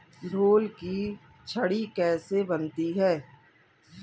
ढोल की छड़ी कैसे बनती है?